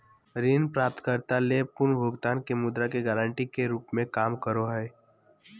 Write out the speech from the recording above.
ऋण प्राप्तकर्ता ले पुनर्भुगतान के मुद्रा गारंटी के रूप में काम करो हइ